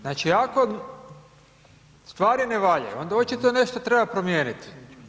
Znači, ako stvari ne valjaju onda očito nešto treba promijeniti.